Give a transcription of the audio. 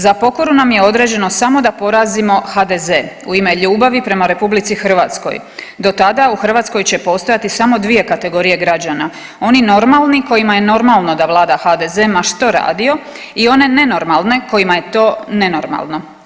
Za pokoru nam je određeno samo da porazimo HDZ-e u ime ljubavi prema RH, do tada u Hrvatskoj će postojati samo dvije kategorije građana, oni normalni kojima je normalno da vlada HDZ ma što radio i one nenormalne kojima je to nenormalno.